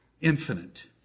infinite